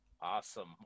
Awesome